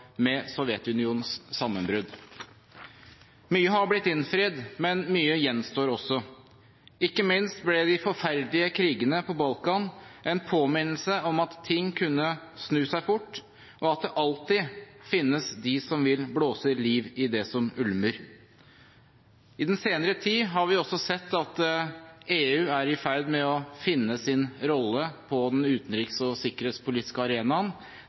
med Sovjetunionens sammenbrudd. Mye har blitt innfridd, men mye gjenstår også. Ikke minst ble de forferdelige krigene på Balkan en påminnelse om at ting kunne snu seg fort, og at det alltid finnes dem som vil blåse liv i det som ulmer. I den senere tid har vi også sett at EU er i ferd med å finne sin rolle på den utenriks- og sikkerhetspolitiske arenaen.